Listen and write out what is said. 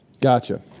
Gotcha